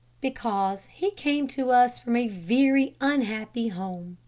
because he came to us from a very unhappy home.